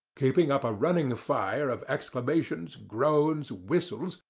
keeping up a running fire of exclamations, groans, whistles,